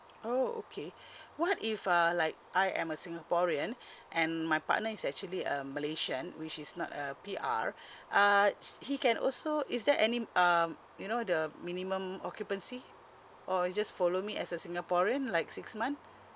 oh okay what if uh like I am a singaporean and my partner is actually a malaysian which is not a P_R uh he can also is there any um you know the minimum occupancy or it just follow me as a singaporean like six month